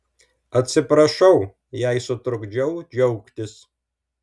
atsiprašau jei sutrukdžiau džiaugtis